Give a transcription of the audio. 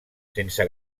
sense